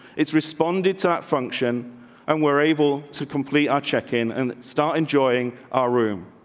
its responded to that function and were able to complete our check in and start enjoying our room.